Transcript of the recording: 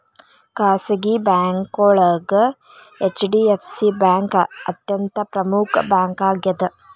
ಖಾಸಗಿ ಬ್ಯಾಂಕೋಳಗ HDFC bank ಅತ್ಯಂತ ಪ್ರಮುಖ್ ಬ್ಯಾಂಕಾಗ್ಯದ